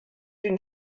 den